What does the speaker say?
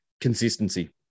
Consistency